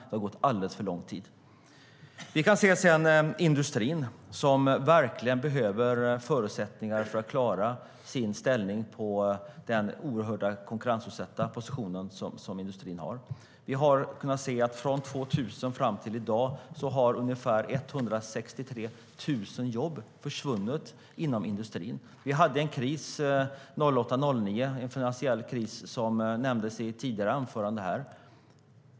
Det har gått alldeles för lång tid. Vi hade en finansiell kris 2008-2009, som nämndes i ett tidigare anförande här.